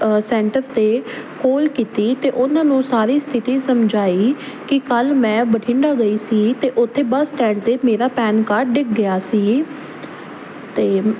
centre 'ਤੇ call ਕੀਤੀ ਅਤੇ ਉਹਨਾਂ ਨੂੰ ਸਾਰੀ ਸਥਿਤੀ ਸਮਝਾਈ ਕਿ ਕੱਲ੍ਹ ਮੈਂ ਬਠਿੰਡਾ ਗਈ ਸੀ ਅਤੇ ਉੱਥੇ ਬੱਸ ਸਟੈਂਡ 'ਤੇ ਮੇਰਾ ਪੈਨ ਕਾਰਡ ਡਿੱਗ ਗਿਆ ਸੀ ਅਤੇ